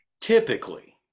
Typically